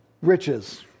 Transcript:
riches